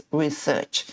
research